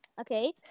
okay